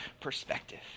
perspective